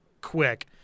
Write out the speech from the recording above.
quick